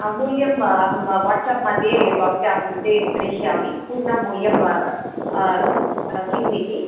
मूल्यं अहं वाट्सप् मध्ये भवत्याः कृते प्रेषयामि पूर्णं मूल्यं किम् इति